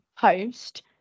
post